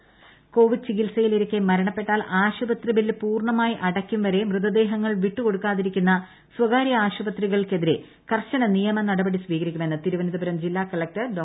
തിരുവനന്തപുരം ജില്ലാ collector covid ചികിത്സയിലിരിക്കെ മരണപ്പെട്ടാൽ ആശുപത്രി ബില്ല് പൂർണമായി അടയ്ക്കും വരെ മൃതദേഹങ്ങൾ വിട്ടുകൊടുക്കാതിരിക്കുന്ന സ്വകാരൃ ആശുപത്രികൾക്കെതിരേ കർശന നിയമ നടപടി സ്വീകരിക്കുമെന്ന് തിരുവനന്തപുരം ജില്ലാ കളക്ടർ ഡോ